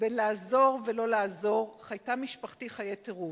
בין לעזור ולא לעזור, חייתה משפחתי חיי טירוף.